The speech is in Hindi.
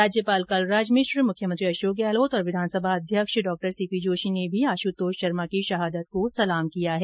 राज्यपाल कलराज मिश्र मुख्यमंत्री अशोक गहलोत और विधानसभा अध्यक्ष डॉ सीपी जोशी ने भी आशुतोष शर्मा की शहादत को सलाम किया है